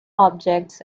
objects